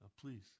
Please